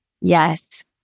Yes